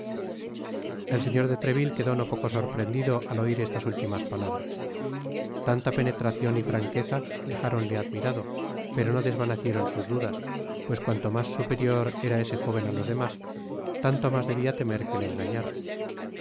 el señor de treville quedó no poco sorprendido al oir estas últimas palabras tanta penetracion y franqueza dejáronle admirado pero no desvanecieron sus dudas pues cuanto mas superior era ese jóven á los demás tanto mas debia temer que le engañára